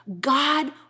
God